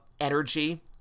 energy